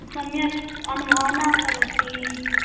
सम्यक् अनुभावः न करोति